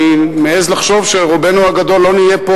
אני מעז לחשוב שרובנו הגדול לא נהיה פה